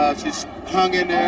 um she's hung in there.